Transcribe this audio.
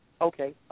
Okay